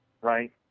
Right